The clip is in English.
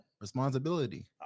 Responsibility